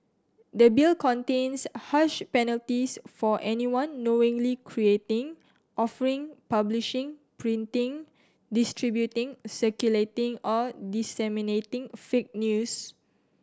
the Bill contains harsh penalties for anyone knowingly creating offering publishing printing distributing circulating or disseminating fake news